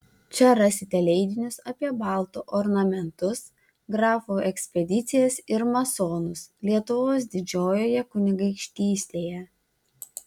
čia rasite leidinius apie baltų ornamentus grafų ekspedicijas ir masonus lietuvos didžiojoje kunigaikštystėje